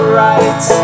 right